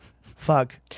Fuck